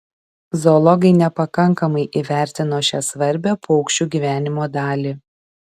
zoologai nepakankamai įvertino šią svarbią paukščių gyvenimo dalį